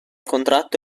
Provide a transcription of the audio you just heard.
contratto